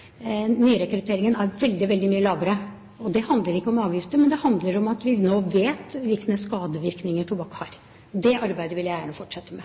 nyrekrutteringen til tobakk på ungdomsskolene og i den oppvoksende befolkningen er veldig, veldig mye lavere. Det handler ikke om avgifter, men om at vi nå vet hvilke skadevirkninger tobakk har. Det arbeidet vil jeg gjerne fortsette med.